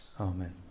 amen